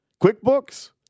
QuickBooks